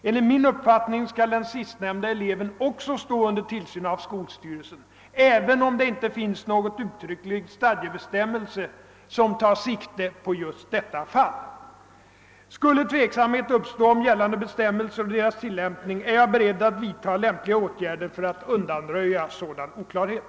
Enligt min uppfattning skall den sistnämnda eleven också stå under tillsyn av skolstyrelsen, även om det inte finns någon uttrycklig stadgebestämmelse som tar sikte just på detta fall. Skulle tveksamhet uppstå om gällande bestämmelser och deras tillämp ning är jag beredd vidta lämpliga åtgärder för att undanröja sådan oklarhet.